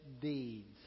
deeds